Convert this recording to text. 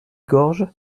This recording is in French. gorge